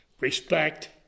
respect